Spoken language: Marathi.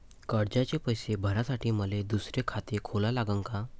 कर्जाचे पैसे भरासाठी मले दुसरे खाते खोला लागन का?